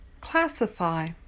classify